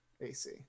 AC